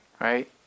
Right